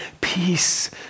peace